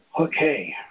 Okay